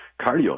cardio